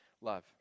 love